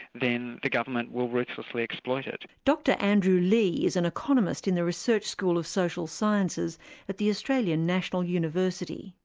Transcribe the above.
then the government will ruthlessly exploit it. dr andrew leigh is an economist in the research school of social sciences at the australian national university.